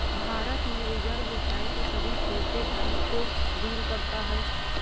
भारत में reserve bank सभी छोटे बैंक को डील करता है